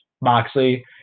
Moxley